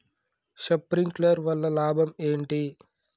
Sprinkler వల్ల లాభం ఏంటి?